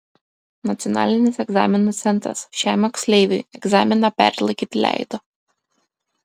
nacionalinis egzaminų centras šiam moksleiviui egzaminą perlaikyti leido